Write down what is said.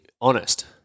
honest